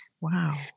Wow